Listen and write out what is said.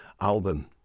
album